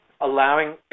allowing